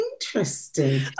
interesting